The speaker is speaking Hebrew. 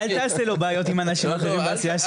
אל תעשה לו בעיות עם אנשים בסיעה שלו.